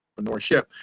entrepreneurship